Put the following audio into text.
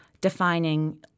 defining